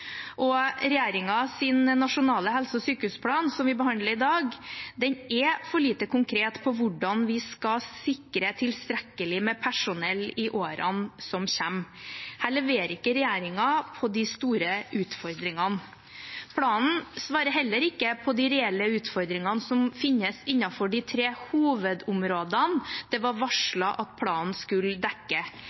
og regjeringens nasjonale helse- og sykehusplan, som vi behandler i dag, er for lite konkret på hvordan vi skal sikre tilstrekkelig personell i årene som kommer. Her leverer ikke regjeringen på de store utfordringene. Planen svarer heller ikke på de reelle utfordringene som finnes innenfor de tre hovedområdene det var varslet at planen skulle dekke,